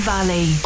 Valley